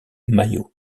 maillot